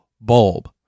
bulb